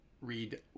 read